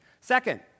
Second